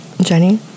Jenny